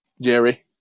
Jerry